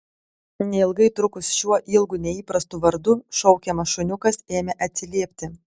neilgai trukus šiuo ilgu neįprastu vardu šaukiamas šuniukas ėmė atsiliepti